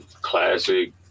Classic